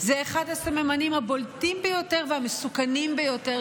אחד הסממנים הבולטים ביותר והמסוכנים ביותר